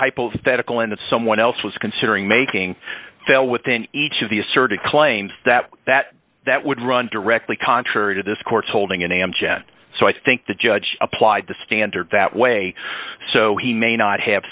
hypothetical and someone else was considering making fell within each of the asserted claims that that that would run directly contrary to this court's holding in amgen so i think the judge applied the standard that way so he may not have